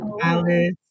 Alice